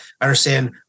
understand